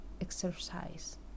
exercise